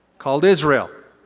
called israel.